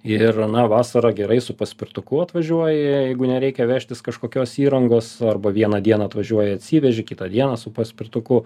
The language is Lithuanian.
ir aną vasarą gerai su paspirtuku atvažiuoji jeigu nereikia vežtis kažkokios įrangos arba vieną dieną atvažiuoji atsiveži kitą dieną su paspirtuku